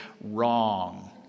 Wrong